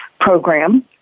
program